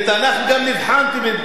בתנ"ך גם נבחנתי בכיתה י"ב.